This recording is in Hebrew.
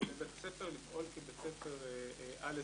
לבית הספר לפעול כבית ספר על-אזורי.